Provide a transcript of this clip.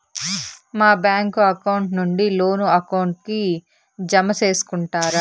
మా bank account నుండి loan account కి జామ సేసుకుంటారా?